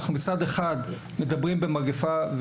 מצד אחד אנחנו מדברים על מגיפה,